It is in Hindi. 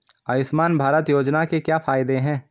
आयुष्मान भारत योजना के क्या फायदे हैं?